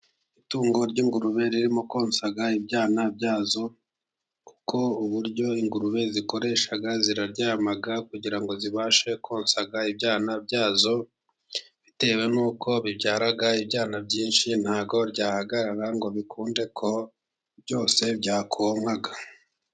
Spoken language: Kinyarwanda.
Itungo ry'ingurube ririmo konsa ibyana byazo, kuko uburyo ingurube zikoresha ziraryama kugira ngo zibashe konsa ibyana byazo, bitewe n'uko ibyara ibyana byinshi ntabwo ryahagarara ngo bikunde ko byose byakonka.